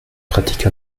pratique